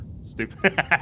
Stupid